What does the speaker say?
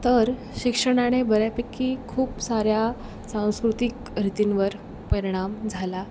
तर शिक्षणाने बऱ्यापैकी खूप साऱ्या सांस्कृतिक रीतींवर परिणाम झाला